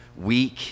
weak